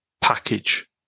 package